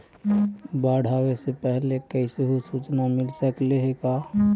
बाढ़ आवे से पहले कैसहु सुचना मिल सकले हे का?